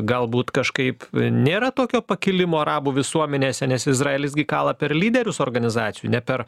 galbūt kažkaip nėra tokio pakilimo arabų visuomenėse nes izraelis gi kala per lyderius organizacijų ne per